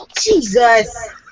Jesus